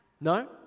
No